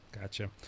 gotcha